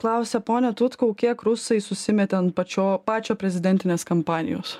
klausia pone tutkau kiek rusai susimetė ant pačio pačio prezidentinės kampanijos